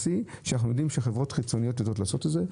ואנחנו יודעים שחברות חיצוניות יודעות לעשות את זה,